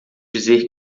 dizer